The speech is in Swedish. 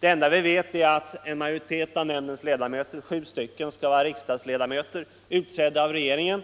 Det enda vi vet är att en majoritet av nämndens ledamöter — sju stycken — skall vara riksdagsledamöter, utsedda av regeringen.